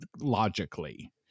logically